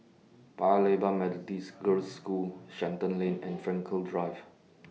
Paya Lebar Methodist Girls' School Shenton Lane and Frankel Drive